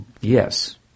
yes